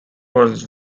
was